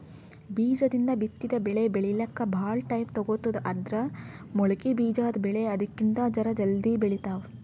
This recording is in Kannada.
ಬೀಜದಿಂದ್ ಬಿತ್ತಿದ್ ಬೆಳಿ ಬೆಳಿಲಿಕ್ಕ್ ಭಾಳ್ ಟೈಮ್ ತಗೋತದ್ ಆದ್ರ್ ಮೊಳಕೆ ಬಿಜಾದ್ ಬೆಳಿ ಅದಕ್ಕಿಂತ್ ಜರ ಜಲ್ದಿ ಬೆಳಿತಾವ್